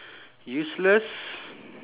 useless